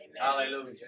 Hallelujah